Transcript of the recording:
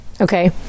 Okay